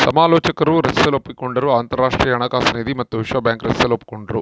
ಸಮಾಲೋಚಕರು ರಚಿಸಲು ಒಪ್ಪಿಕೊಂಡರು ಅಂತರಾಷ್ಟ್ರೀಯ ಹಣಕಾಸು ನಿಧಿ ಮತ್ತು ವಿಶ್ವ ಬ್ಯಾಂಕ್ ರಚಿಸಲು ಒಪ್ಪಿಕೊಂಡ್ರು